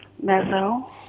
Mezzo